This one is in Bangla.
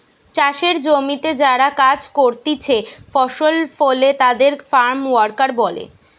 চাষের জমিতে যারা কাজ করতিছে ফসল ফলে তাদের ফার্ম ওয়ার্কার বলে